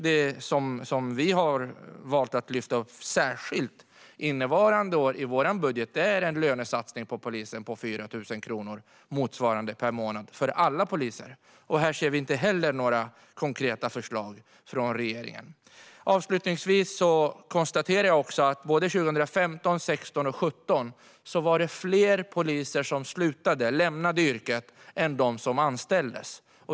Det som vi har valt att lyfta upp särskilt i vår budget innevarande år är en lönesatsning för polisen på motsvarande 4 000 per månad, för alla poliser. Här ser vi inte heller några konkreta förslag från regeringen. Avslutningsvis konstaterar jag att det 2015, 2016 och 2017 var fler poliser som lämnade yrket än som anställdes.